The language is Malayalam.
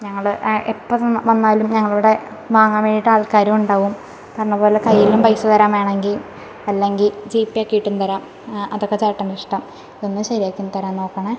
ഞങ്ങൾ എപ്പം വന്നാലും വന്നാലും ഞങ്ങൾ ഇവിടെ വാങ്ങാന് വേണ്ടിയിട്ട് ആള്ക്കാരും ഉണ്ടാവും പറഞ്ഞത് പോലെ കൈയ്യിലും പൈസ തരാം വേണമെങ്കിൽ അല്ലെങ്കില് ജീപ്പെ ആക്കിയിട്ടും തരാം അതൊക്കെ ചേട്ടൻ്റെ ഇഷ്ടം ഇതൊന്ന് ശരിയാക്കി ഒന്ന് തരാന് നോക്കണെ